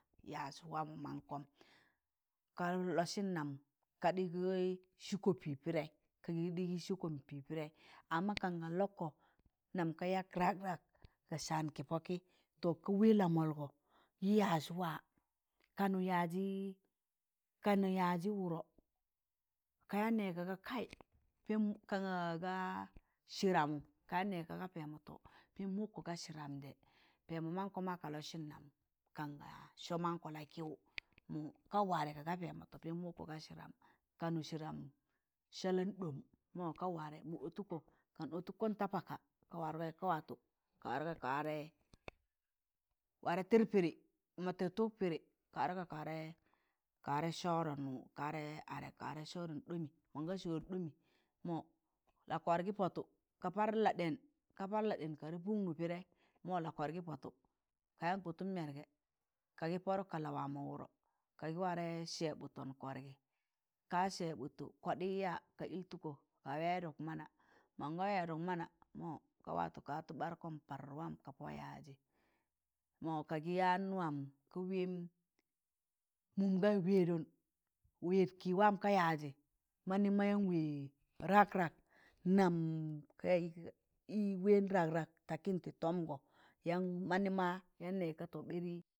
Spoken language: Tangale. Yaaz waam mankọm kan lọsịn nam kaɗị g yaaz ka gị sịkọ pịị pịdẹị ka gị sịkọ pịị pịdẹị amma kan ka lọkọ nam ka yak rag rag ka saan kị pọkị to ka wẹẹ lamọlgọ gị yaaz waa kanụ yaazị wụdọ ka yaan nẹẹzị ka ga kaị kai ka ga pẹẹm ka ga sịdam ka yaan nẹẹ paaga pẹẹmọ to pẹẹmọ wọkkọ ga sịdam jẹ pẹẹmọ mankọ ma ka lọsịn nam ka ga sọ mankọ lakịụ, mo, ka warẹ ka ga pẹẹmọ am wọkkọ ga sịdam, kanụ sịdam salan ɗọm mo ga warẹ ka ọtụkọ kan ọtụkọn da paka ka wargọị ka warẹ tịr pịdị, ma tịrtụk pịdị ka wargọị ka warẹ sọọrọn ka warẹ arẹ ka warẹ sọọrọn ɗọmị mọ la kọrgị pọtụ ka par la dẹn ka warẹ pụgnụ pịdẹị mọ la kọrgị pọtụ ka yaan kọtụn mẹrgẹ ka gị pọdụk ka waamọ wụdọ ka gị warẹ sẹẹbụttọn kọrgị ka sẹẹbụt tụ kọɗị ya ka ịltụkọ ka wẹẹdụg mana maga wẹẹdụk mana mọ ka watụ ka watụ ɓarụkọn par waam ka pọ yaazị, ka gị yaan waam ka wẹẹm, mụm gaayị wẹẹdọ wẹẹd kị waam ka yaazị, mamnị ma yaan wẹẹz rag rag nam yị wẹẹn rag rag takịn tị tọmgọ yaan nẹẹzị ga to ɓari